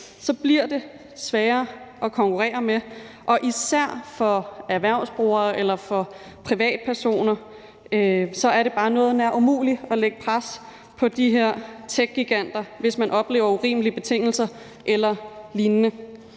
bliver de sværere at konkurrere med. Især for erhvervsbrugere og for privatpersoner er det bare noget nær umuligt at lægge pres på de her techgiganter, hvis man oplever urimelige betingelser eller lignende.